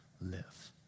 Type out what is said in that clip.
live